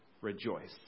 rejoice